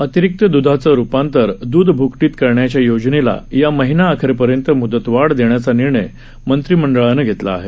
अतिरिक्त दुधाचं रुपांतर दुध भुकटीत करण्याच्या योजनेला या महिनाअखेरपर्यंत मुदतवाढ देण्याचा निर्णय मंत्रिमंडळानं घेतला आहे